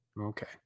Okay